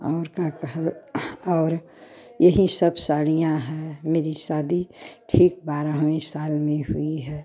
और का कहो और यही सब साड़ियाँ है मेरी शादी ठीक बाहरवें साल में हुई है